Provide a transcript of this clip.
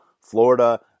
Florida